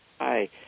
Hi